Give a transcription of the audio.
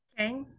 Okay